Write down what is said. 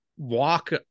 walk